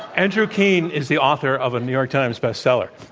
andrew keen is the author of a new york times bestseller.